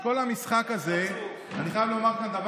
בעיקר בוועדת החוץ והביטחון ובוועדת הכספים,